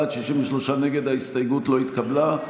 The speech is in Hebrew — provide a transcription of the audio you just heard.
הסתייגות 19 לא נתקבלה.